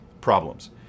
problems